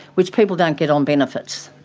which people don't get on benefits,